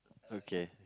okay